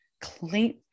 clean